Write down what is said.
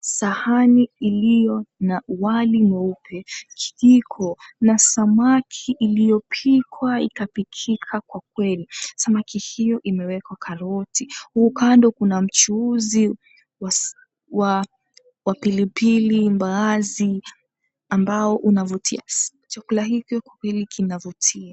Sahani iliyo na wali mweupe, kijiko na samaki iliyopikwa ikapikika kwa kweli, samaki hiyo imewekwa karoti kando kuna mchuuzi wa pilipili, mbaazi ambao unavutia, chakula hiko kwa kweli kinavutia.